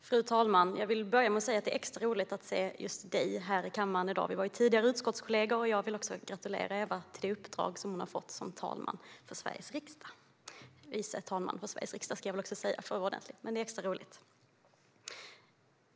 Fru talman! Jag vill börja med att säga att det är extra roligt att se just dig, Ewa, här i kammaren i dag. Vi var tidigare utskottskollegor, och jag vill gratulera Ewa Thalén Finné till det uppdrag som hon har fått som förste vice talman i Sveriges riksdag. Det är extra roligt!